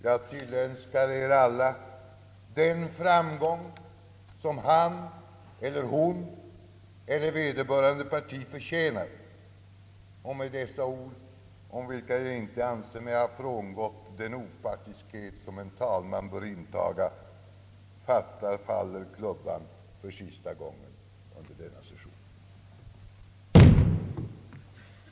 Jag tillönskar er alla den framgång som han eller hon eller vederbörande parti förtjänar. Och med dessa ord, med vilka jag icke anser mig ha frångått den opartiskhet, som en talman bör intaga, har jag att förklara vårens arbete avslutat. Detta tal besvarades av herr förste vice talmannen STRAND i följande ordalag: Herr talman! I egenskap av andre vice ålderspresident ber jag att å kammarens vägnar få framföra ett tack till herr talmannen för den gångna vårsessionen.